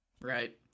Right